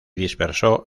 dispersó